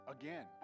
again